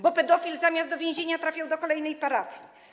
Bo pedofil, zamiast do więzienia, trafiał do kolejnej parafii.